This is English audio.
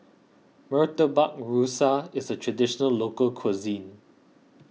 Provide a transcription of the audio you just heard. Murtabak Rusa is a Traditional Local Cuisine